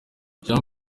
jean